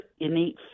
innate